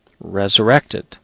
resurrected